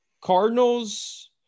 Cardinals